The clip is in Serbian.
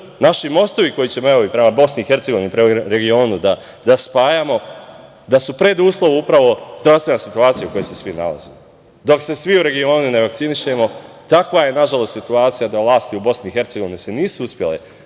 naši mostovi koje ćemo, evo i prema BiH, prema regionu da spajamo, da su preduslov upravo zdravstvena situacija u kojoj se svi nalazimo. Dok se svi u regionu ne vakcinišemo, takva je nažalost situacija da vlasi u BiH se nisu uspele